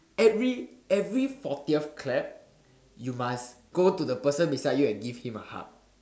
every every fortieth clap you must go to the person beside you and give him a hug